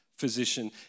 physician